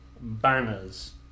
banners